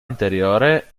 anteriore